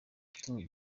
king